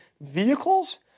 vehicles